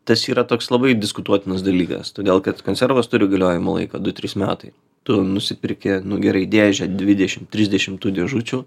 tas yra toks labai diskutuotinas dalykas todėl kad konservas turi galiojimo laiką du trys metai tu nusiperki nu gerai dėžę dvidešim trisdešim tų dėžučių